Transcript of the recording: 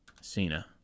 Cena